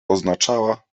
oznaczała